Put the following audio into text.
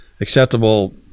acceptable